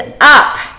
up